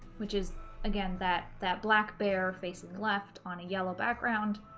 which is again, that that black bear, facing left on a yellow background.